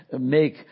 make